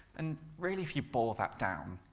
and really if you bore that down,